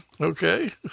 Okay